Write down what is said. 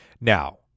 Now